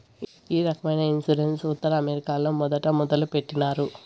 ఈ రకమైన ఇన్సూరెన్స్ ఉత్తర అమెరికాలో మొదట మొదలుపెట్టినారు